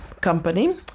company